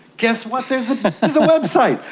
guess what, there's a website.